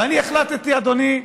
ואני החלטתי, אדוני,